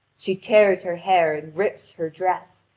she tears her hair and rips her dress,